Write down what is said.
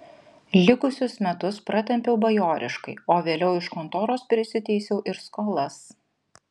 likusius metus pratempiau bajoriškai o vėliau iš kontoros prisiteisiau ir skolas